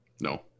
No